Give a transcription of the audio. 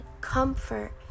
comfort